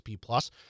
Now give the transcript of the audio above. Plus